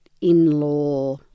in-law